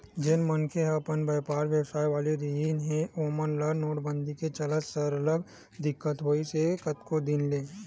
जेन मनखे मन ह बइपार बेवसाय वाले रिहिन हे ओमन ल नोटबंदी के चलत सरलग दिक्कत होइस हे कतको दिन ले